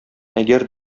әгәр